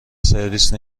سرویس